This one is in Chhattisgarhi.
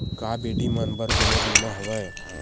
का बेटी मन बर कोनो बीमा हवय?